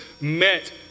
met